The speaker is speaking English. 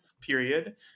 period